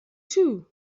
too